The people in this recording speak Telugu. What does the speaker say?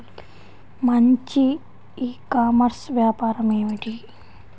మంచి ఈ కామర్స్ వ్యాపారం ఏమిటీ?